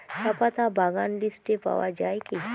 চাপাতা বাগান লিস্টে পাওয়া যায় কি?